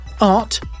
art